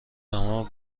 تمام